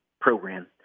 program